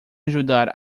ajudar